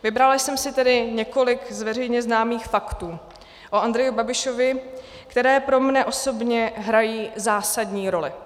Vybrala jsem si tedy několik z veřejně známých faktů o Andreji Babišovi, které pro mne osobně hrají zásadní roli.